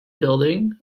building